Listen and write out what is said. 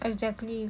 exactly